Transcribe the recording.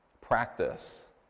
practice